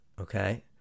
Okay